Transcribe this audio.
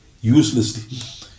uselessly